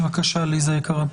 בבקשה, ליזה יקרה.